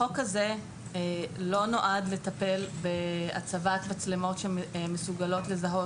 החוק הזה לא נועד לטפל בהצבת מצלמות שמסוגלות לזהות